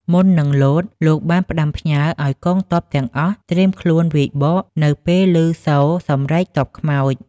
មុននឹងលោត លោកបានផ្ដាំផ្ញើឱ្យកងទ័ពទាំងអស់ត្រៀមខ្លួនវាយបកនៅពេលឮសូរសម្រែកទ័ពខ្មោច។